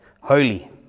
holy